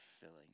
filling